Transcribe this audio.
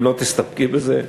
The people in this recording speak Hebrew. אם לא תסתפקי בזה,